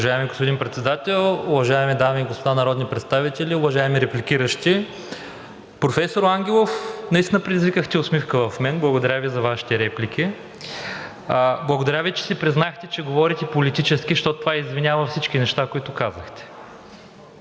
Уважаеми господин Председател, уважаеми дами и господа народни представители, уважаеми репликиращи! Професор Ангелов, наистина предизвикахте усмивка в мен. Благодаря Ви за Вашите реплики. Благодаря, че си признахте, че говорите политически, защото това извинява всички неща, които казахте.